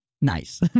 nice